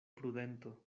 prudento